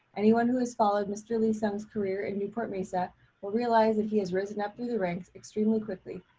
anyone who has followed mr. lee-sung's career in newport-mesa will realize that he has risen up through the ranks extremely quickly,